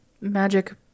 magic